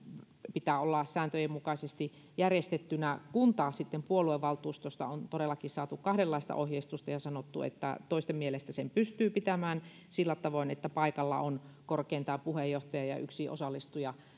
pitää olla sääntöjen mukaisesti järjestettynä kun taas puoluevaltuustosta on todellakin saatu kahdenlaista ohjeistusta ja sanottu että toisten mielestä sen pystyy pitämään sillä tavoin että paikalla on korkeintaan puheenjohtaja ja yksi osallistuja